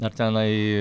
ar tenai